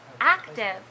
active